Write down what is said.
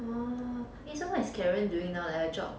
orh so what is karen doing now like her job